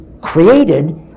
created